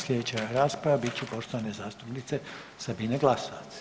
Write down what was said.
Slijedeća rasprava bit će poštovane zastupnice Sabine Glasovac,